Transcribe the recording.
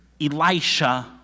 Elisha